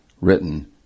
written